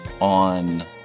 on